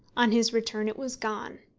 on his return it was gone.